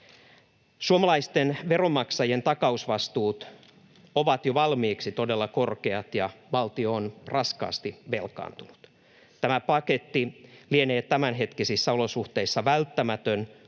Suomalaisten veronmaksajien takausvastuut ovat jo valmiiksi todella korkeat, ja valtio on raskaasti velkaantunut. Tämä paketti lienee tämänhetkisissä olosuhteissa välttämätön,